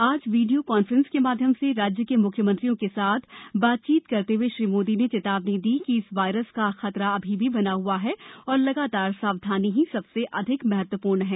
आज video conference के माध्यम से राज्य के म्ख्यमंत्रियों के साथ बातचीत करते हुए श्री मोदी ने चेतावनी दी कि इस वायरस का खतरा अभी बना हुआ है और लगातार सावधानी ही सबसे अधिक महत्वप्र्ण है